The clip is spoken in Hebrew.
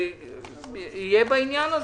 יהיה גם בעניין הזה.